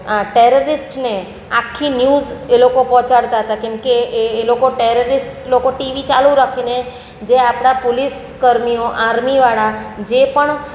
આ ટેરરિસ્ટને આખી ન્યૂઝ એ લોકો પોહંચાડતા તા કેમ કે એ એ લોકો ટેરરિસ્ટ લોકો ટીવી ચાલુ રાખીને જે આપણા પોલીસ કર્મીઓ આર્મીવાળા જે પણ